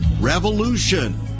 revolution